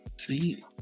See